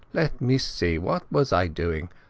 let me see. what was i doing?